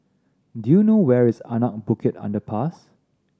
do you know where is Anak Bukit Underpass